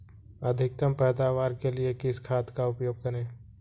अधिकतम पैदावार के लिए किस खाद का उपयोग करें?